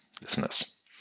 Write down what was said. listeners